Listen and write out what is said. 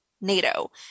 NATO